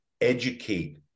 educate